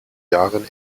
jahren